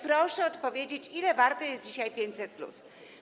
Proszę odpowiedzieć: Ile warte jest dzisiaj 500+?